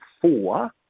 four